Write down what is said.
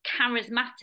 charismatic